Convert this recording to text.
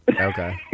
Okay